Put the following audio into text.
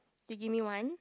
they give me one